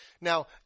Now